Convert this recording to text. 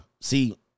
see